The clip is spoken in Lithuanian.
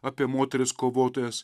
apie moteris kovotojas